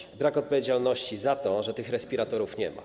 Chodzi o brak odpowiedzialności za to, że tych respiratorów nie ma.